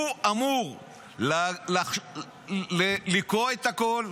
הוא אמור לקרוא את הכול,